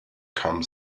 come